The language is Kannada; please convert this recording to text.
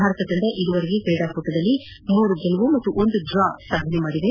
ಭಾರತ ತಂಡ ಇದುವರೆಗೆ ಕ್ರೀಡಾಕೂಟದಲ್ಲಿ ಮೂರು ಗೆಲುವು ಹಾಗೂ ಒಂದು ಡ್ರಾ ಸಾಧನೆ ಮಾಡಿದೆ